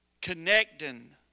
Connecting